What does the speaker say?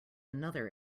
another